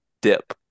dip